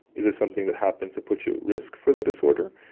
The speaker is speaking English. is this something that happens that puts you at risk for the disorder,